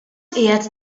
qiegħed